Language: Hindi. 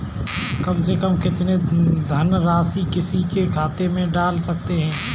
कम से कम कितनी धनराशि किसी के खाते में डाल सकते हैं?